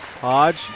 Hodge